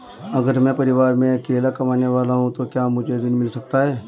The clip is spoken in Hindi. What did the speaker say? अगर मैं परिवार में अकेला कमाने वाला हूँ तो क्या मुझे ऋण मिल सकता है?